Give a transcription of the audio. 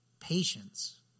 patience